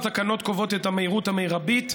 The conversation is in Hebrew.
התקנות קובעות את המהירות המרבית,